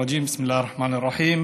השטן הארור.) בסם אללה א-רחמאן א-רחים.